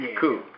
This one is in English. Cool